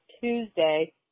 Tuesday